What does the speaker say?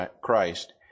Christ